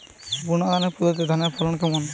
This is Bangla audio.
বুনাধানের পদ্ধতিতে ধানের ফলন কেমন?